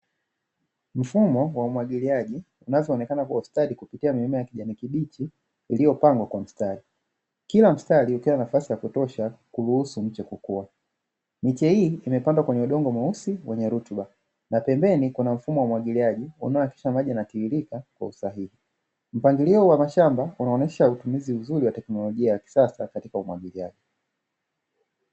Mfumo wa umwagiliaji unavyoonekana kwa ustadi kupitia mimea ya kijani kibichi iliyopangwa kwa mstari. Kila mstari ukiwa na nafasi ya kutosha kuruhusu mche kukua. Miche hii imepandwa kwenye udongo mweusi wenye rutuba na pembeni kuna mfumo wa umwagiliaji unaohakikisha maji yanatiririka kwa usahihi. Mpangilio huu wa mashamba unaonyesha utumizi mzuri wa teknolojia ya kisasa katika umwagiliaji.